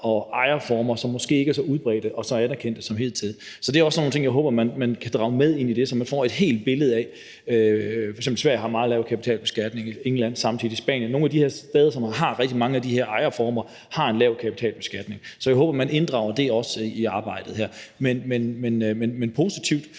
nogle ejerformer, som måske ikke er så udbredte og så anerkendte som de ejerformer, der hidtil har været. Så det er sådan nogle ting, jeg håber man kan drage med ind, så man får et helt billede af det. F.eks. har Sverige meget lav kapitalbeskatning, og også England, og Spanien. Nogle af de her steder, som har rigtig mange af de her ejerformer, har en lav kapitalbeskatning, så jeg håber, at man også inddrager det i arbejdet her. Men det er positivt.